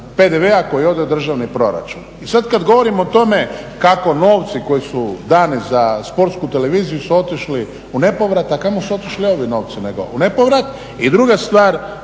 PDV-a koji ode u državni proračun. I sad kad govorim o tome kako novci koji su dani za Sportsku televiziju su otišli u nepovrat, a kamo su otišli ovi novci nego u nepovrat. I druga stvar,